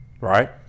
right